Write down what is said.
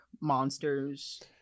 monsters